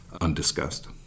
undiscussed